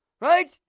Right